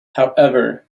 however